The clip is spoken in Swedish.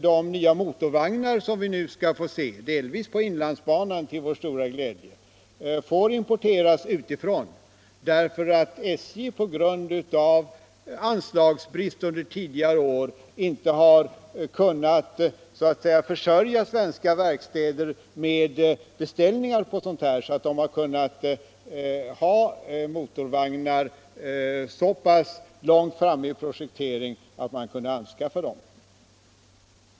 De nya motorvagnar som vi nu skall få se — delvis på inlandsbanan, till vår stora glädje — måste importeras utifrån därför att SJ på grund av anslagsbrist under senare år inte har kunnat försörja svenska verkstäder med beställningar, så att dessa kunnat ha motorvagnar så pass långt framme i projekteringen att de nu kan levereras.